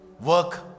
Work